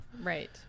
Right